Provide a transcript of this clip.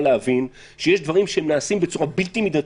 להבין שיש דברים שנעשים בצורה בלתי מידתית,